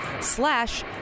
slash